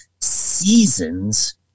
seasons